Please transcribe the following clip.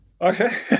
okay